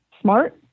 smart